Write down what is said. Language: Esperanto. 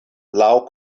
laŭ